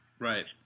Right